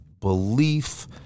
belief